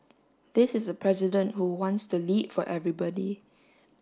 this is a president who wants to lead for everybody